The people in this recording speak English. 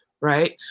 right